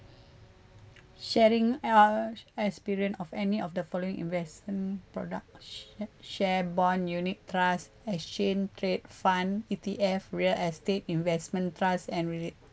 sharing uh experience of any of the following investment product sha~ share bond unit trust exchange trade fund E_T_F real estate investment trust and relate